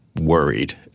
worried